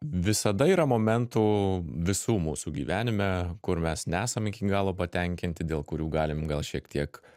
visada yra momentų visų mūsų gyvenime kur mes nesam iki galo patenkinti dėl kurių galim gal šiek tiek